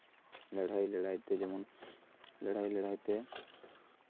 ᱞᱟᱹᱲᱦᱟᱹᱭ ᱞᱟᱹᱲᱦᱟᱹᱭ ᱛᱮ ᱡᱮᱢᱚᱱ ᱞᱟᱹᱲᱦᱟᱹᱭ ᱞᱟᱹᱲᱦᱟᱹᱭ ᱛᱮ